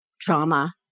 trauma